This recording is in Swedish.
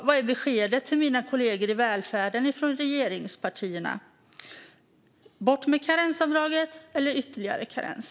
Vad är beskedet till mina kollegor i välfärden från regeringspartierna: bort med karensavdraget eller ytterligare karens?